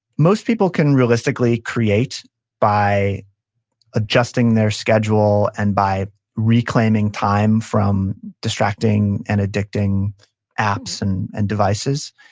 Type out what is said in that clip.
most people can realistically create by adjusting their schedule, and by reclaiming time from distracting and addicting apps and and devices,